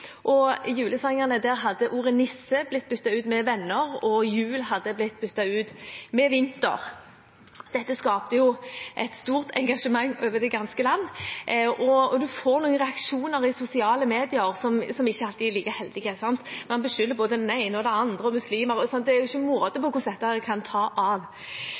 Og i julesangene hadde ordet «nisse» blitt byttet ut med «venner», og «jul» hadde blitt byttet ut med «vinter». Dette skapte jo et stort engasjement over det ganske land, og man får noen reaksjoner på sosiale medier som ikke alltid er like heldige. Man beskylder både den ene og den andre og muslimer – det er ikke måte på hvordan dette kan ta av.